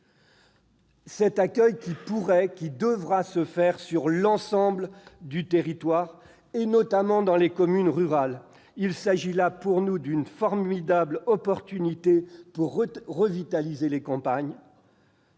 Cet accueil pourrait et devra se faire sur l'ensemble du territoire, notamment dans les communes rurales. Il s'agit là, selon nous, d'une formidable occasion de revitaliser les campagnes,